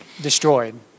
destroyed